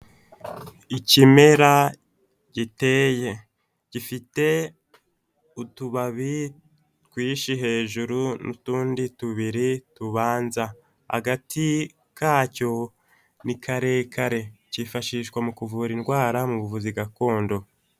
Ikimera giteye gifite utubabi twinshi hejuru n'utundi tubiri tubanza, agati kacyo ni karekare kifashishwa mu kuvura indwara mu buvuzi gakondo.